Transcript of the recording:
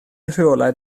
rheolau